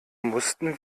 mussten